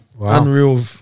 unreal